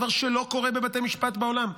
דבר שלא קורה בבתי משפט בעולם.